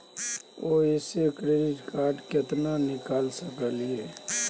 ओयसे credit card से केतना निकाल सकलियै?